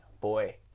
boy